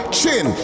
Chin